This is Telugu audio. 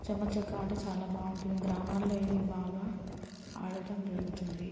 చెమ్మ చెక్క ఆట చాలా బాగుంటుంది గ్రామాలలో ఇది బాగా ఆడటం జరుగుతుంది